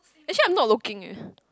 actually I'm not looking eh